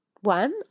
one